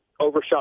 overshot